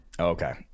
okay